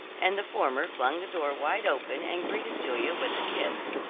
and the former flung the door wide open and greeted julia with a kiss.